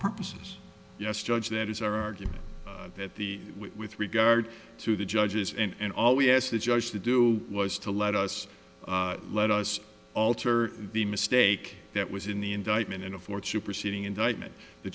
purposes yes judge that is our argument that the with regard to the judges and all we asked the judge to do was to let us let us alter the mistake that was in the indictment in a fortune proceeding indictment the